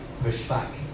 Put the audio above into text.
pushback